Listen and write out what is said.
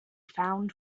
found